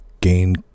gain